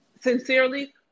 sincerely